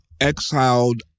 exiled